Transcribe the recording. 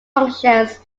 functions